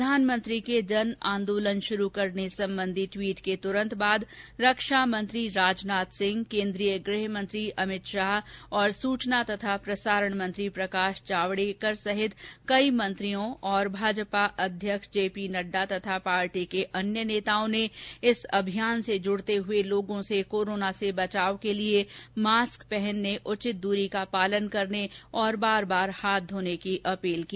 प्रधानमंत्री के जन आंदोलन शुरू करने संबंधी ट्वीट के तुरंत बाद रक्षा मंत्री राजनाथ सिंह केन्द्रीय गृह मंत्री अमित शाह और सूचना तथा प्रसारण मंत्री प्रकाश जावडेकर सहित कई मंत्रियों और भाजपा अध्यक्ष जे पी नड़डा तथा पार्टी के अन्य नेताओं ने इस अभियान से जूडते हुए लोगों से कोरोना से बचाव के लिए मास्क पहनने उचित दूरी का पालन करने और बार बार हाथ घोने की अपील की